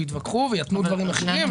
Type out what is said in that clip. ויתווכחו ויתנו בדברים אחרים.